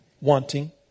wanting